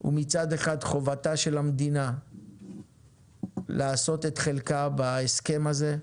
הוא מצד אחד חובתה של המדינה לעשות את חלקה בהסכם הזה,